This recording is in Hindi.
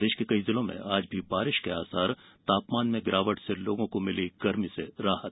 प्रदेश के कई जिलों में आज भी बारिश के आसार तापमान में गिरावट से लोगों को मिली गर्मी से राहत